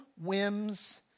whims